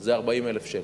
זה 40,000 שקל.